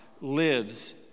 lives